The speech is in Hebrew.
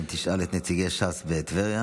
אם תשאל את נציגי ש"ס בטבריה,